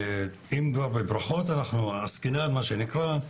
אם כבר אנחנו עוסקים בברכות,